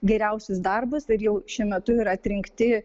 geriausius darbus ir jau šiuo metu yra atrinkti